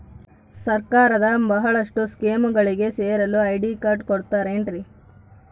ಸರ್ಕಾರದ ಬಹಳಷ್ಟು ಸ್ಕೇಮುಗಳಿಗೆ ಸೇರಲು ಐ.ಡಿ ಕಾರ್ಡ್ ಕೊಡುತ್ತಾರೇನ್ರಿ?